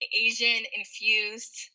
Asian-infused